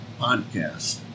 podcast